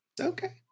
Okay